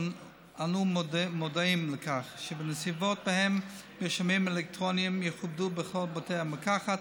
אנו מודעים לכך שבנסיבות שבהן מרשמים אלקטרוניים יכובדו בכל בתי המרקחת,